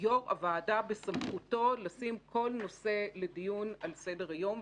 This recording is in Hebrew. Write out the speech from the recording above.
בסמכות יו"ר הוועדה לשים כל נושא לדיון על סדר-היום,